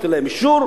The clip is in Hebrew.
תיתן להם אישור,